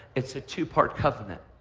it's a two part covenant.